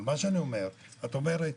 זאת אומרת,